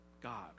God